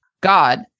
god